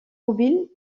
mobile